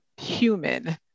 human